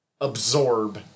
absorb